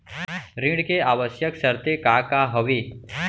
ऋण के आवश्यक शर्तें का का हवे?